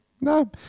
No